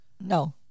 No